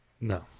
No